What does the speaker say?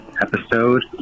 episode